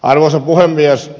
arvoisa puhemies